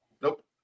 Nope